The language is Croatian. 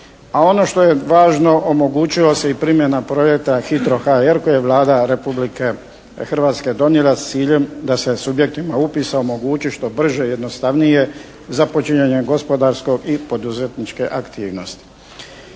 A ono što je važno omogućila se i primjena projekta HITRO HR koji je Vlada Republike Hrvatske donijela s ciljem da se subjektima upisa omogući što brže, jednostavnije započinjanje gospodarske i poduzetničke aktivnosti.